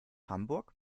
hamburg